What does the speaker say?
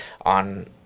on